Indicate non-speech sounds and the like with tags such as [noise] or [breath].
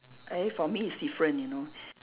eh for me it's different you know [breath]